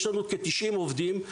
יש לנו כ-90 עובדים,